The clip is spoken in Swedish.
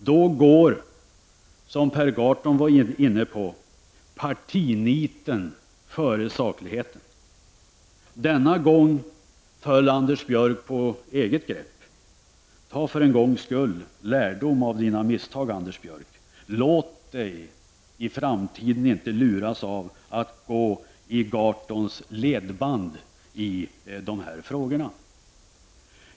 Då går, som Per Gahrton var inne på, partinitet före sakligheten. Denna gång föll Anders Björck på eget grepp. Dra för en gångs skull lärdom av de egna misstagen, Anders Björck! Bli i framtiden inte lurad genom att gå i Gahrtons ledband i dessa frågor!